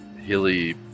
hilly